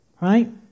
Right